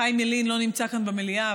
חיים ילין לא נמצא עכשיו במליאה,